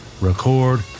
record